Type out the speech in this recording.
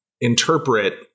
interpret